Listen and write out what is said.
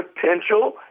potential